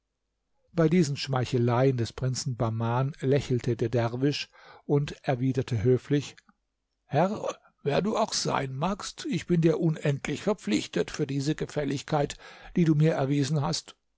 bei diesen schmeicheleien des prinzen bahman lächelte der derwisch und erwiderte höflich herr wer du auch sein magst ich bin dir unendlich verpflichtet für diese gefälligkeit die du mir erwiesen hast